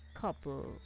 couple